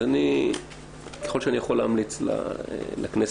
אז ככל שאני יכול להמליץ לכנסת,